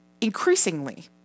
increasingly